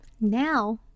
now